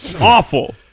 Awful